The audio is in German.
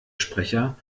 sprecher